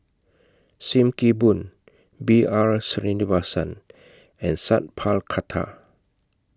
SIM Kee Boon B R Sreenivasan and Sat Pal Khattar